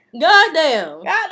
Goddamn